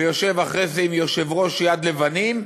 ויושב אחרי זה עם יושב-ראש "יד לבנים",